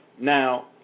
Now